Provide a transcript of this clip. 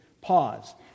Pause